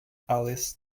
alice